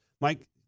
Mike